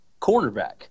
cornerback